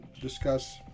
discuss